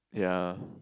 ya